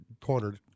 Cornered